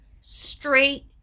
straight